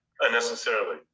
unnecessarily